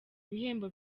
bihembo